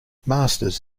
masters